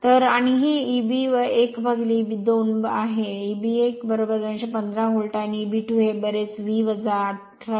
तर आणि हे Eb 1 Eb 2 आहे Eb1 215 व्होल्ट आहे आणि Eb2 हे बरेच V 18